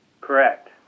Correct